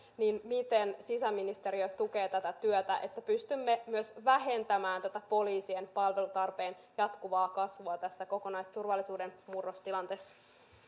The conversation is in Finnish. niin miten sisäministeriö tukee tätä työtä että pystymme myös vähentämään poliisien palvelutarpeen jatkuvaa kasvua tässä kokonaisturvallisuuden murrostilanteessa